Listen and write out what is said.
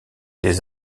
des